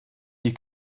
you